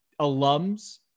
alums